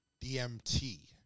DMT